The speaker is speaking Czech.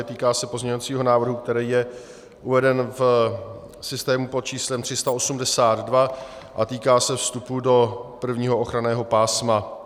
Týká se pozměňovacího návrhu, který je uveden v systému pod číslem 382 a týká se vstupu do prvního ochranného pásma.